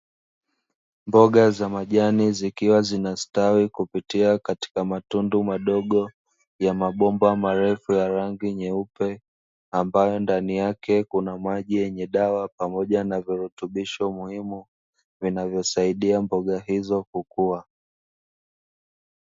Mboga za majani zikiwa zinastawi kupitia katika matundu madogo, ya mabomba marefu ya rangi nyeupe, ambayo ndani yake kuna maji yenye dawa pamoja na virutubisho muhimu, vinavyosaidia mboga hizo kukua.